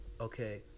okay